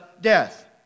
death